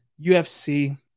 UFC